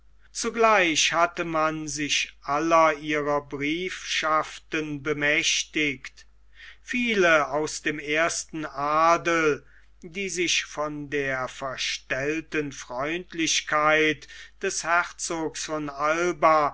zugleich hatte man sich aller ihrer briefschaften bemächtigt viele aus dem ersten adel die sich von der verstellten freundlichkeit des herzogs von alba